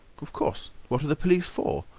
of course. what are the police for?